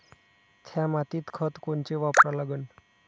थ्या मातीत खतं कोनचे वापरा लागन?